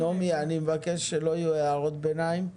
נעמי, אני מבקש שלא יהיו הערות ביניים.